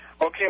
Okay